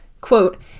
Quote